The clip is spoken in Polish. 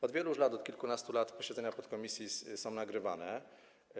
Od wielu już lat, od kilkunastu lat posiedzenia podkomisji są nagrywane.